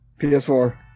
PS4